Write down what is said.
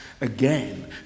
again